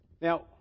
Now